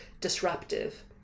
disruptive